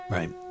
Right